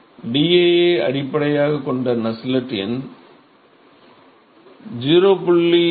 dஐ அடிப்படையாகக் கொண்ட நஸ்ஸெல்ட் எண் 0